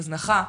הזנחה,